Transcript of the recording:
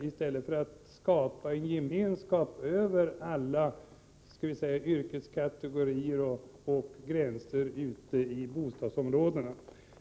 I stället bör det skapas gemenskap över alla yrkeskategorier och gränser ute i bostadsområdena.